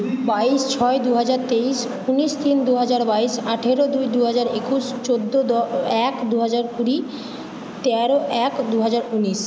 বাইশ ছয় দু হাজার তেইশ উনিশ তিন দু হাজার বাইশ আঠেরো দুই দু হাজার একুশ চোদ্দো দ এক দু হাজার কুড়ি তেরো এক দু হাজার উনিশ